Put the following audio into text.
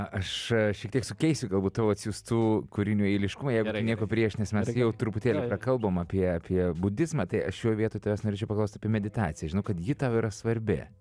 aš šiek tiek pakeisiu galbūt tavo atsiųstų kūrinių eiliškumą jeigu tu nieko prieš nes mes jau truputėlį prakalbom apie apie budizmą tai aš šioj vietoj tavęs norėčiau paklausti apie meditaciją žinau kad ji tau yra svarbi